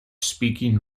speaking